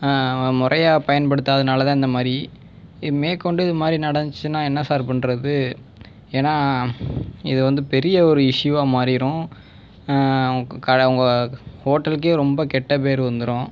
முறையாக பயன்படுத்தாதனாலே தான் இந்த மாதிரி மேற்கொண்டு இது மாதிரி நடந்துச்சுன்னால் என்ன சார் பண்ணுறது ஏன்னால் இது வந்து பெரிய ஒரு இஷ்யூவாக மாறிடும் கடை உங்கள் ஹோட்டலுக்கே ரொம்ப கெட்ட பேர் வந்துடும்